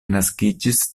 naskiĝis